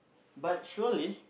but surely